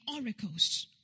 oracles